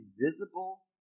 invisible